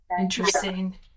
Interesting